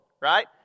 right